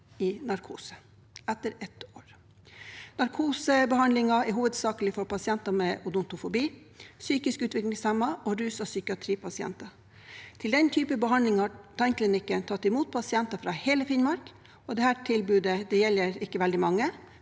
i narkose – etter ett år. Narkosebehandlingen er hovedsakelig for pasienter med odontofobi, psykisk utviklingshemmede og rusog psykiatripasienter. Til den typen behandling har tannklinikken tatt imot pasienter fra hele Finnmark. Dette tilbudet gjelder ikke veldig mange,